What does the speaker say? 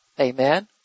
Amen